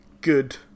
good